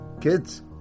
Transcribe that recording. Kids